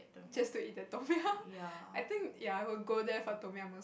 just to eat the Tom-yum I think ya I will go there for Tom-yum al~